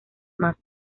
más